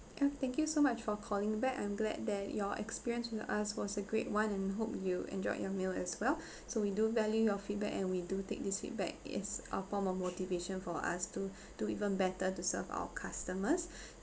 ya thank you so much for calling back I'm glad that your experience with us was a great one and hope you enjoyed your meal as well so we do value your feedback and we do take this feedback as a form of motivation for us to do even better to serve our customers